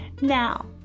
now